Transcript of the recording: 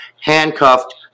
handcuffed